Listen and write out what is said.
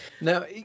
now